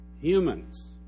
humans